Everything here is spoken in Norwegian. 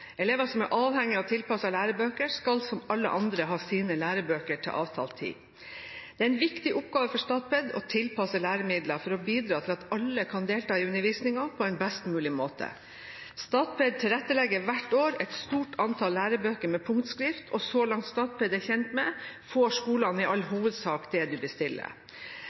Elever som er avhengige av tilpassede lærebøker, skal som alle andre ha sine lærebøker til avtalt tid. Det er en viktig oppgave for Statped å tilpasse læremidler, for å bidra til at alle kan delta i undervisningen på en best mulig måte. Statped tilrettelegger hvert år et stort antall lærebøker med punktskrift, og så langt Statped er kjent med, får skolene i all hovedsak det de bestiller.